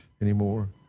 anymore